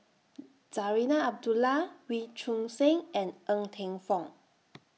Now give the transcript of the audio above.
Zarinah Abdullah Wee Choon Seng and Ng Teng Fong